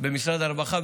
במשרד הרווחה,